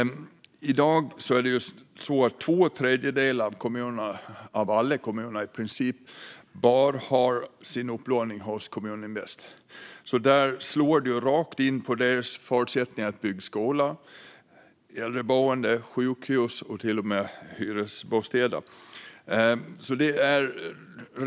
I dag har två tredjedelar av alla kommuner i princip all sin upplåning hos Kommuninvest, så det slår rakt mot deras förutsättningar att bygga skolor, äldreboenden, sjukhus och till och med hyresbostäder.